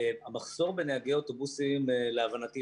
המחסור בנהגי אוטובוסים להבנתי,